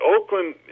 Oakland